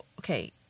okay